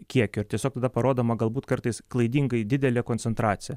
kiekio ir tiesiog tada parodoma galbūt kartais klaidingai didelė koncentracija